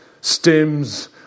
stems